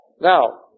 Now